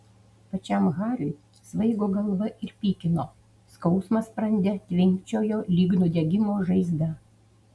pačiam hariui svaigo galva ir pykino skausmas sprande tvinkčiojo lyg nudegimo žaizda